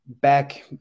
back